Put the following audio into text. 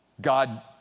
God